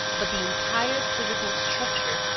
but the entire physical structure,